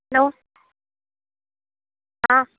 hello हाँ